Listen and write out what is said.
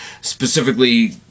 specifically